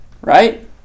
Right